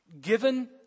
Given